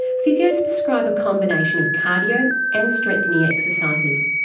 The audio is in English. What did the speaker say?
physios prescribe a combination of cardio and strengthening exercises,